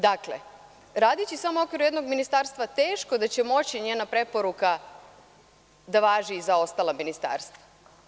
Dakle, radeći samo u okviru jednog ministarstva, teško da će moći njena preporuka da važi i za ostala ministarstva.